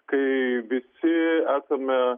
kai visi esame